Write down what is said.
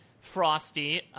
Frosty